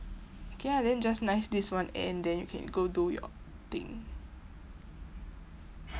okay ah then just nice this one and then you can go do your thing